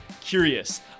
curious